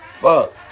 fuck